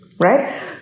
Right